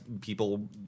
people